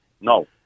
No